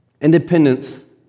Independence